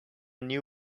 new